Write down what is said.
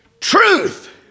truth